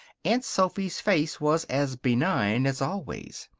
aunt sophy's face was as benign as always.